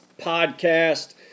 Podcast